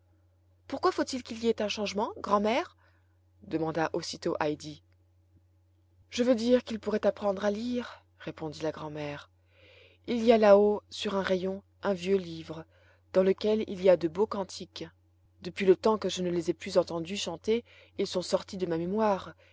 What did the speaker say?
pourquoi faut-il qu'il y ait un changement grand'mère demanda aussitôt heidi je veux dire qu'il pourrait apprendre à lire répondit la grand'mère il y a là-haut sur un rayon un vieux livre dans lequel il y a de beaux cantiques depuis le temps que je ne les ai plus entendu chanter ils sont sortis de ma mémoire